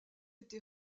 été